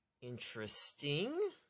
Interesting